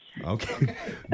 Okay